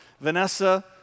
Vanessa